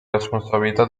responsabilità